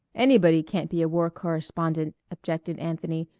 anybody can't be a war correspondent, objected anthony.